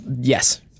Yes